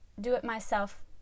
do-it-myself